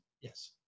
yes